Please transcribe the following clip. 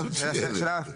שאלה מצוינת.